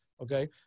okay